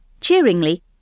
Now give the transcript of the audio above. Cheeringly